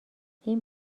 این